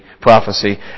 prophecy